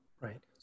Right